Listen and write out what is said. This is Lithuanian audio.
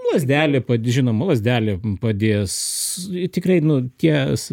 lazdelė pati žinoma lazdelė padės tikrai nu ties